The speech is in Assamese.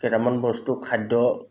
কেইটামান বস্তু খাদ্য